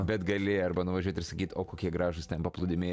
bet gali arba nuvažiuot ir sakyt o kokie gražūs ten paplūdimiai